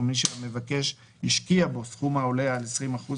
או מי שהמבקש השקיע בו סכום העולה על 20%